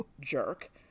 jerk